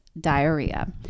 diarrhea